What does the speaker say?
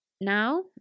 now